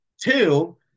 Two